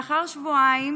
לאחר שבועיים